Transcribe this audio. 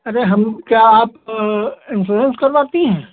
अरे हम क्या आप इंस्योरेंस करवाती हैं